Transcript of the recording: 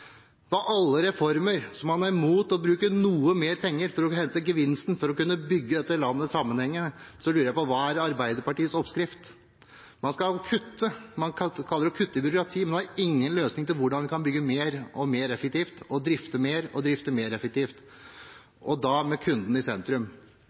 Man er imot å bruke noe mer penger for å hente gevinsten, å kunne bygge dette landet sammenhengende, så jeg lurer på: Hva er Arbeiderpartiets oppskrift? Man kaller det å kutte i byråkratiet, men har ingen løsning for hvordan man kan bygge mer effektivt og drifte mer effektivt – og da med kunden i sentrum. Fremskrittspartiet og